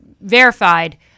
verified